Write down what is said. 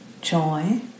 joy